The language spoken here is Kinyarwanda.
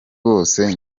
wose